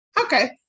Okay